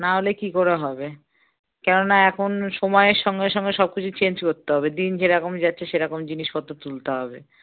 না হলে কি করে হবে কেননা এখন সময়ের সঙ্গে সঙ্গে সব কিছু চেঞ্জ করতে হবে দিন যেরকম যাচ্ছে সেরকম জিনিসপত্র তুলতে হবে